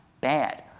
bad